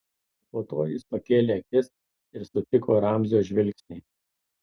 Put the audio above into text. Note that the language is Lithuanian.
po to jis pakėlė akis ir sutiko ramzio žvilgsnį